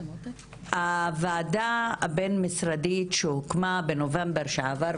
הוועדה הבין-משרדית הוקמה בנובמבר שעבר,